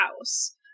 house